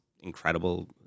Incredible